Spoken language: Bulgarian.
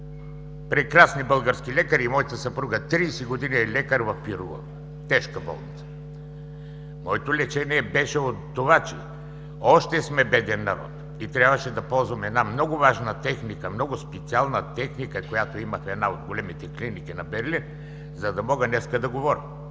прекрасни български лекари, моята съпруга 30 години е лекар в „Пирогов“ – тежка болница. Моето лечение беше от това, че още сме беден народ и трябваше да ползвам една много важна техника, много специална техника, каквато имаше една от големите клиники на Берлин, за да мога днес да говоря.